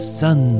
sun